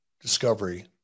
Discovery